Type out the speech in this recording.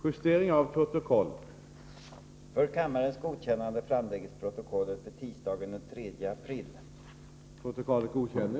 Till kammarens ledamöter har i dag utdelats preliminära tidsoch ärendeplaner för återstoden av riksmötet 1983/84.